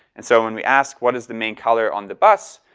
and so, when we ask what is the main color on the bus,